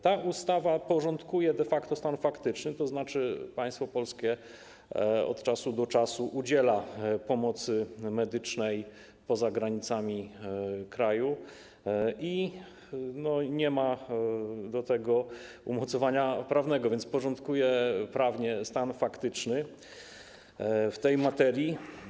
Ta ustawa porządkuje de facto stan faktyczny, tzn. państwo polskie od czasu do czasu udziela pomocy medycznej poza granicami kraju i nie ma do tego umocowania prawnego, więc ustawa porządkuje prawnie stan faktyczny w tej materii.